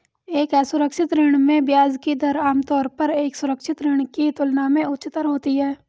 एक असुरक्षित ऋण में ब्याज की दर आमतौर पर एक सुरक्षित ऋण की तुलना में उच्चतर होती है?